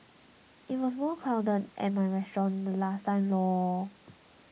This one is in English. it was more crowded at my restaurant last time lor